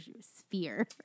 sphere